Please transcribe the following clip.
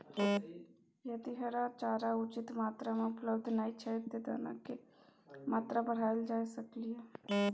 यदि हरा चारा उचित मात्रा में उपलब्ध नय छै ते दाना की मात्रा बढायल जा सकलिए?